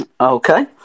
Okay